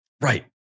Right